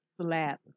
Slap